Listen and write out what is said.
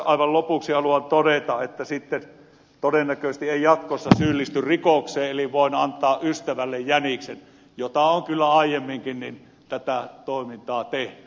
aivan lopuksi haluan todeta että sitten todennäköisesti jatkossa ei syyllisty rikokseen eli voin antaa ystävälle jäniksen mitä toimintaa olen kyllä aiemminkin tehnyt